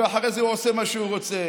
ואחרי זה הוא עושה מה שהוא רוצה.